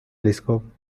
telescope